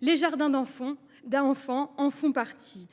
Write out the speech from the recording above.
Les jardins d’enfants en font partie.